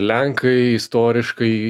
lenkai istoriškai